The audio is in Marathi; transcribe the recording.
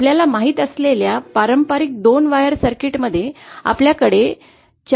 आपल्याला माहिती असलेल्या पारंपारिक दोन वायर सर्किटमध्ये आपल्याकडे चार्ज प्रवाह शक्य नाही